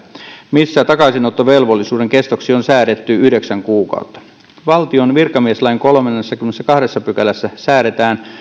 missä takaisinottovelvollisuuden kestoksi on säädetty yhdeksän kuukautta valtion virkamieslain kolmannessakymmenennessätoisessa pykälässä säädetään